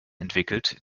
entwickelt